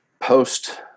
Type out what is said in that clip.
post